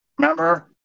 Remember